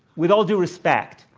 with all due respect,